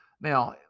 Now